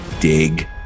dig